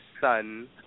son